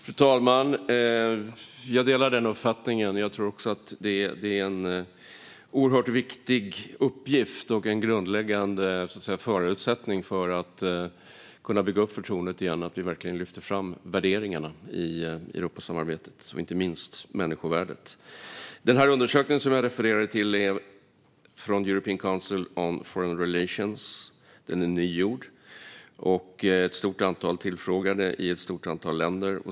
Fru talman! Jag delar den uppfattningen. Jag tror också att det är en oerhört viktig uppgift och en grundläggande förutsättning för att bygga upp förtroendet igen att vi verkligen lyfter fram värderingarna i Europasamarbetet, inte minst människovärdet. Den undersökning som jag refererade till från European Council on Foreign Relations är nygjord och innehåller ett stort antal tillfrågade i ett stort antal länder.